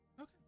Okay